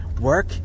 Work